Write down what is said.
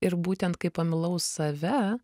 ir būtent kai pamilau save